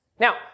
Now